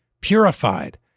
purified